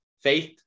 faith